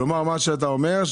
כלומר מה שאתה אומר,